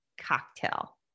cocktail